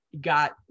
got